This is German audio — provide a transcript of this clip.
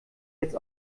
jetzt